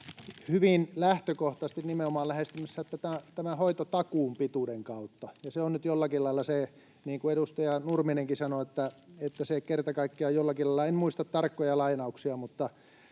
hyvin lähtökohtaisesti lähestymässä tätä nimenomaan tämän hoitotakuun pituuden kautta. Ja se on nyt jollakin lailla niin, niin kuin edustaja Nurminenkin sanoi, että se kerta kaikkiaan jollakin lailla, en muista tarkkoja lainauksia,